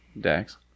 Dax